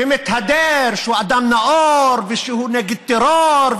ומתהדר שהוא אדם נאור ושהוא נגד טרור,